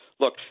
Look